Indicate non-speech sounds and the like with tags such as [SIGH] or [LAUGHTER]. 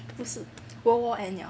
不是 [COUGHS] world war end liao